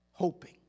Hoping